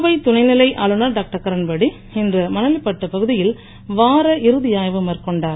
புதுவை துணைநிலை ஆளுநர் டாக்டர் கிரண்பேடி இன்று மணலிப்பட்டு பகுதியில் வார இறுதி ஆய்வு மேற்கொண்டார்